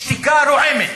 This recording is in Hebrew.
שתיקה רועמת.